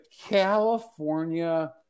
California